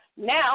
Now